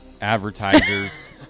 advertisers